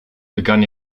begann